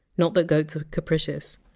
not that goats are capricious.